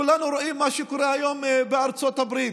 כולנו רואים מה שקורה היום בארצות הברית,